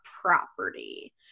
property